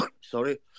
Sorry